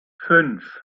fünf